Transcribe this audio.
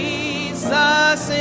Jesus